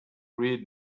read